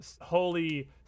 Holy